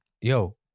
yo